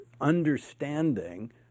understanding